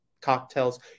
cocktails